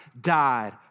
died